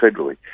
federally